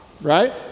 right